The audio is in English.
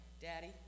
Daddy